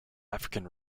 african